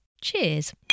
Cheers